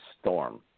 storm